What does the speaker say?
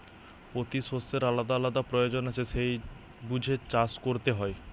পোতি শষ্যের আলাদা আলাদা পয়োজন আছে সেই বুঝে চাষ কোরতে হয়